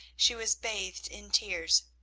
she was bathed in tears.